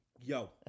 Yo